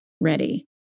ready